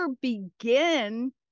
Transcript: begin